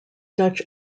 dutch